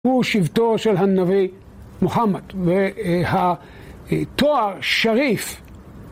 הוא שבטו של הנביא מוחמד, והתואר שריף...